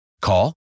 Call